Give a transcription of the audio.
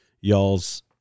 y'all's